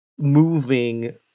Moving